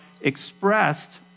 expressed